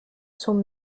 zum